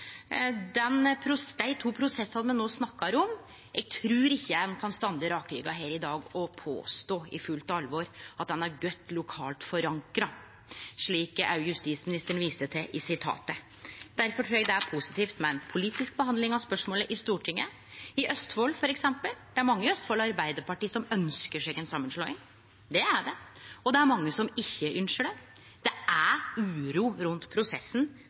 to prosessane me nå snakkar om, trur eg ikkje ein kan stå rakrygga her i dag og påstå i fullt alvor at dei er godt lokalt forankra, slik òg justisministeren viste til i sitatet. Difor trur eg det er positivt med ei politisk behandling av spørsmålet i Stortinget. For eksempel i Østfold: Det er mange i Østfold Arbeidarparti som ynskjer seg ei samanslåing, det er det, og det er mange som ikkje ynskjer det. Det er uro rundt prosessen,